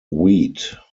wheat